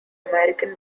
american